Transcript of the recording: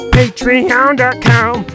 Patreon.com